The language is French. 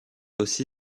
aussi